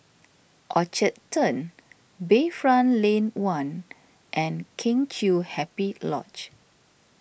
Orchard Turn Bayfront Lane one and Kheng Chiu Happy Lodge